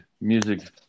music